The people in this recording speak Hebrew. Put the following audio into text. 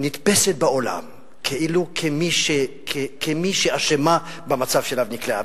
נתפסת בעולם כמי שאשמה במצב שאליו נקלעה.